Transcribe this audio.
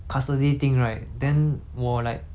读书很像退两年这样所以说 like